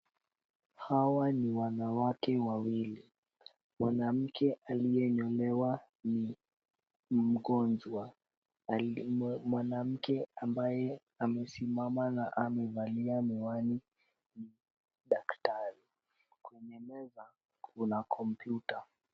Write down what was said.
Hawa ni wanawake wawili. Mwanamke aliyenyolewa ni mgonjwa. Mwanamke ambaye amesimama na amevalia miwani ni daktari. Kwenye meza kuna kompyuta.